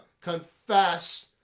confess